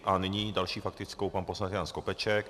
A nyní s další faktickou pan poslanec Jan Skopeček.